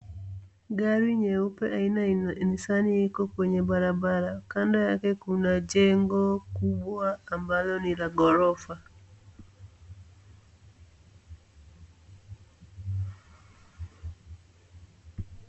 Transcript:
Gari nyeupe aina ya Nissani liko kwenye bara bara. Kando yake kuna jengo kubwa ambalo nila ghorofa.